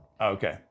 Okay